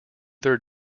their